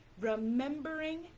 remembering